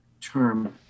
term